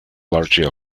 largely